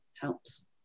helps